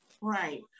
right